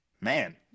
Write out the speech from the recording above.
man